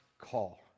call